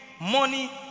money